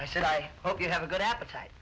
i said i hope you have a good appetite